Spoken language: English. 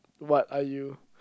what are you